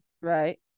Right